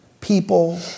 people